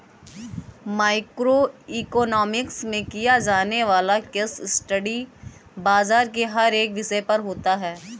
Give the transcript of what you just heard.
micro economics में किया जाने वाला केस स्टडी बाजार के हर एक विषय पर होता है